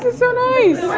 so nice.